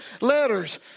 letters